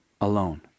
alone